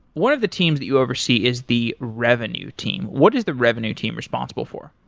one of the teams that you oversee is the revenue team. what is the revenue team responsible for?